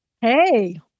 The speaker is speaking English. Hey